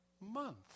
month